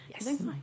Yes